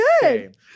good